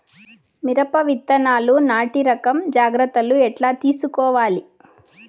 మిరప విత్తనాలు నాటి రకం జాగ్రత్తలు ఎట్లా తీసుకోవాలి?